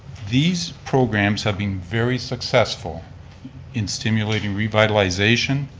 these programs have been very successful in stimulating revitalization,